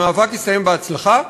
המאבק הסתיים בהצלחה.